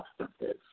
substances